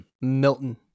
Milton